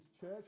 church